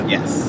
Yes